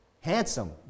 handsome